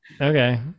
okay